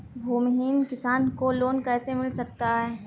भूमिहीन किसान को लोन कैसे मिल सकता है?